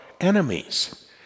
enemies